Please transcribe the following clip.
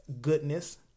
goodness